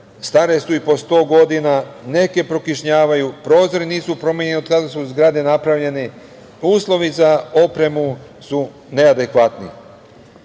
stare su i po sto godina, neke prokišnjavaju, prozori nisu promenjeni od kada su zgrade napravljene, uslovi za opremu su neadekvatni. Ipak,